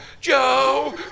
Joe